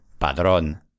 Padrón